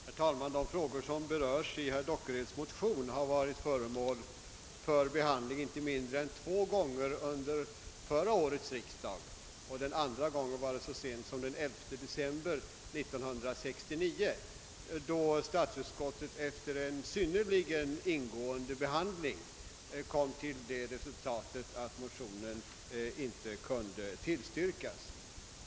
Herr talman! De frågor som berörs i herr Dockereds motion var föremål för behandling inte mindre än två gånger under fjolårets riksdag, den andra gången så sent som den 11 december 1969, då utskottet efter en synnerligen ingående behandling kom till det resultatet att motionen inte kunde tillstyrkas.